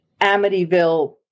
Amityville